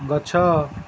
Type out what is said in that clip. ଗଛ